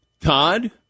Todd